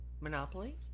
Monopoly